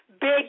big